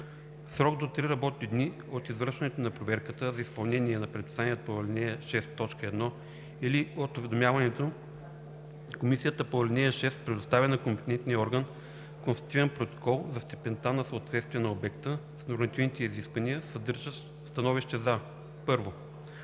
срок до три работни дни от извършването на проверката за изпълнение на предписанието по ал. 6, т. 1 или от уведомяването комисията по ал. 6 представя на компетентния орган констативен протокол за степента на съответствие на обекта с нормативните изисквания, съдържащ становище за: 1.